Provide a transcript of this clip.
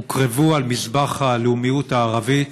הוקרבו על מזבח הלאומיות הערבית,